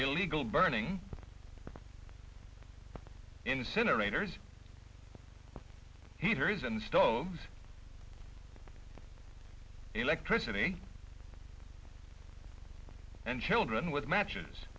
illegal burning incinerators heaters and stoves electricity and children with matches